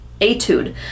etude